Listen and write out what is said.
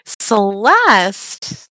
Celeste